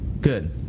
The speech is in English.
Good